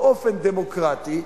באופן דמוקרטי,